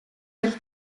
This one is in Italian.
del